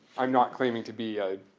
i'm not claiming to be a